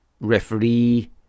referee